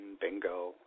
Bingo